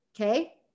Okay